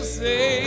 say